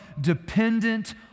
dependent